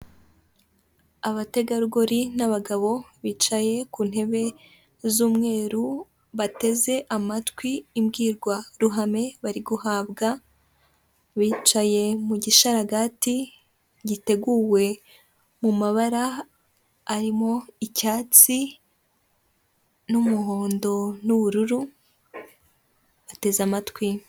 Abategarugori n'abagabo bicaye ku ntebe z'umweru bateze amatwi imbwirwa ruhame bari guhabwa, bicaye mu gisharaga giteguwe mu mabara arimo icyatsi n'umuhondo n'ubururu bateze amatwi.